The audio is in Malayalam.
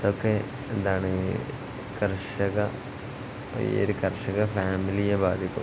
അതൊക്കെ എന്താണ് കർഷക ഈ ഒരു കർഷക ഫാമിലിയെ ബാധിക്കും